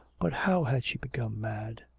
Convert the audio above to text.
but how had she become mad?